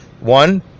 One